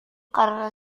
karena